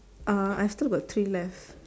uh I still got three left